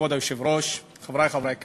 כבוד היושב-ראש, חברי חברי הכנסת,